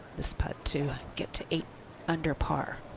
this putt to get to eight under par.